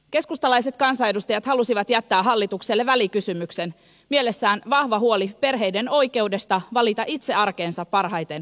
keskustalaiset kansanedustajat halusivat jättää hallitukselle välikysymyksen mielessään vahva huoli perheiden oikeudesta valita itse arkeensa parhaiten sopiva lastenhoitomuoto